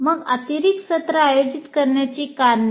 मग अतिरिक्त सत्र आयोजित करण्याची कारणे